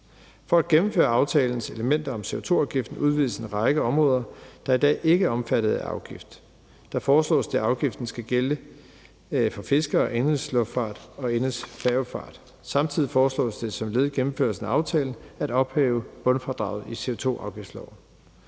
For at gennemføre aftalens elementer om CO2-afgiften udvides en række områder, der i dag ikke er omfattet af afgift. Der foreslås det, at afgiften skal gælde for fiskere, indenrigs luftfart og indenrigs færgefart. Samtidig foreslås det som led i gennemførelse af aftalen at ophæve bundfradraget i CO2-afgiftsloven.